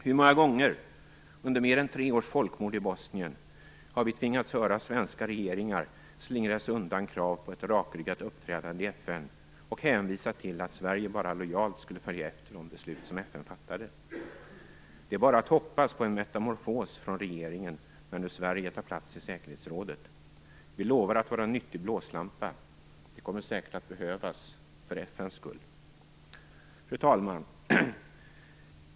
Hur många gånger under mer än tre års folkmord i Bosnien har vi tvingats höra svenska regeringar slingra sig undan krav på ett rakryggat uppträdande i FN och hänvisa till att Sverige bara lojalt skulle följa de beslut som FN fattade? Det är bara att hoppas på en metamorfos från regeringen, när nu Sverige tar plats i säkerhetsrådet. Vi lovar att vara en nyttig blåslampa. Det kommer säkert att behövas - för FN:s skull! Fru talman!